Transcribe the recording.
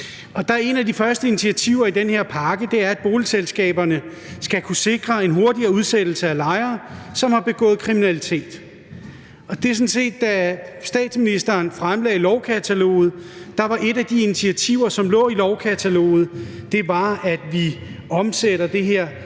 Et af de første initiativer i den her pakke er, at boligselskaberne skal kunne sikre en hurtigere udsættelse af lejere, som har begået kriminalitet, og da statsministeren fremlagde lovkataloget, var et af de initiativer, som lå i lovkataloget, at vi omsætter det her